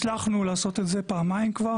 הצלחנו לעשות את זה פעמיים כבר.